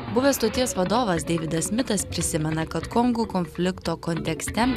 buvęs stoties vadovas deividas smitas prisimena kad kongų konflikto kontekste